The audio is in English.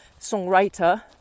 songwriter